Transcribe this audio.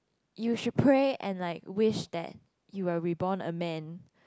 you should pray and like wish that you are reborn a man